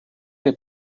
que